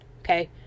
Okay